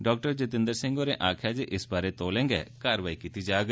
डा जितेंद्र सिंह होरें आक्खेया जे इस बारै तौलें गै कारवाई कीती जाग